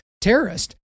terrorist